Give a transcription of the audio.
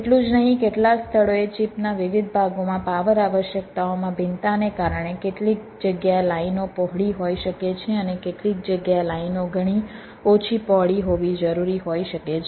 એટલું જ નહીં કેટલાક સ્થળોએ ચિપના વિવિધ ભાગોમાં પાવર આવશ્યકતાઓમાં ભિન્નતાને કારણે કેટલીક જગ્યાએ લાઈનો પહોળી હોઈ શકે છે અને કેટલીક જગ્યાએ લાઈનો ઘણી ઓછી પહોળી હોવી જરૂરી હોઈ શકે છે